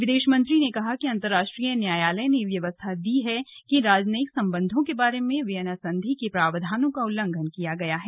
विदेश मंत्री ने कहा कि अंतरराष्ट्रीय न्यायालय ने व्यवस्था दी है कि राजनयिक संबंधों के बारे में वियना संधि के प्रावधानों का उल्लंघन किया गया है